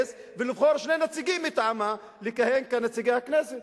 ולבחור שני נציגים מטעמה לכהן כנציגי הכנסת?